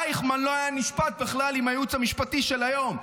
אייכמן לא היה נשפט בכלל עם הייעוץ המשפטי של היום.